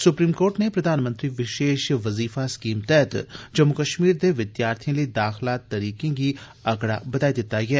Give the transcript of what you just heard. supreme court नै प्रधान मंत्री विशेष वजीफा स्कीम तैहत जम्मू कश्मीर दे विद्यार्थियें लेई दाखला तरीकें गी अगड़ा बदाई दिता ऐ